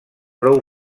prou